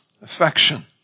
affection